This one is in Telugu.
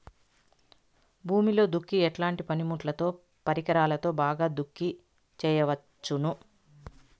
భూమిలో దుక్కి ఎట్లాంటి పనిముట్లుతో, పరికరాలతో బాగా దుక్కి చేయవచ్చున?